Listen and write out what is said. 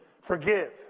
Forgive